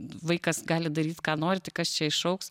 vaikas gali daryt ką nori tai kas čia išaugs